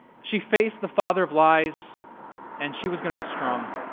she faced the father of lies and she was going to be strong